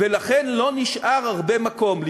ולכן לא נשאר הרבה מקום.